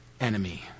enemy